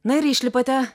na ir išlipate